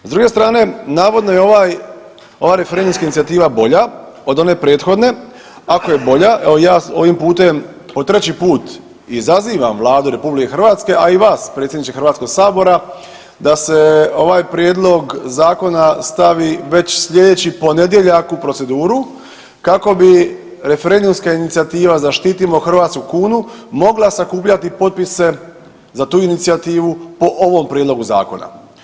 S druge strane navodno je ovaj, ova referendumska inicijativa bolja od one prethodne, ako je bolja, evo ja ovim putem, evo treći put izazivam Vladu RH, a i vas predsjedniče HS da se ovaj prijedlog zakona stavi već slijedeći ponedjeljak u proceduru kako bi referendumska inicijativa „Zaštitimo hrvatsku kunu“ mogla sakupljati potpise za tu inicijativu po ovom prijedlogu zakona.